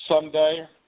someday